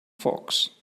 folks